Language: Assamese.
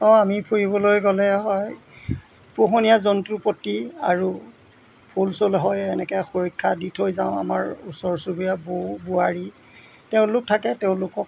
অঁ আমি ফুৰিবলৈ গ'লে হয় পোহনীয়া জন্তুৰ প্ৰতি আৰু ফুল চুল হয় এনেকে সুৰক্ষা দি থৈ যাওঁ আমাৰ ওচৰ চুবুৰীয়া বৌ বোৱাৰী তেওঁলোক থাকে তেওঁলোকক